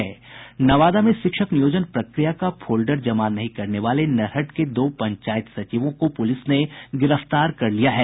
नवादा में शिक्षक नियोजन प्रक्रिया का फोल्डर जमा नहीं करने वाले नरहट के दो पंचायत सचिवों को पुलिस ने गिरफ्तार कर लिया है